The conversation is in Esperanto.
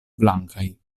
blankaj